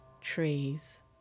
trees